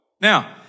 Now